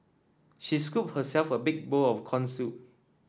she scooped herself a big bowl of corn soup